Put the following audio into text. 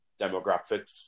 demographics